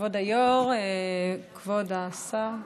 כבוד היו"ר, כבוד השר,